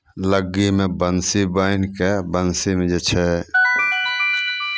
लग्गीमे बंशी बान्हि कऽ बंशीमे जे छै